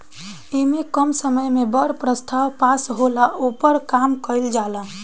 ऐमे कम समय मे बड़ प्रस्ताव पास होला, ओपर काम कइल जाला